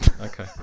Okay